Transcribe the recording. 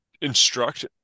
instruct